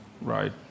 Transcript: right